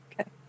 okay